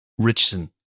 Richson